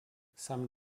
some